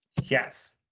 Yes